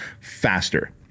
faster